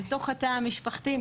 בתוך התא המשפחתי,